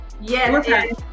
Yes